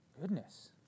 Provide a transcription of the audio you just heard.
Goodness